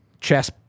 chess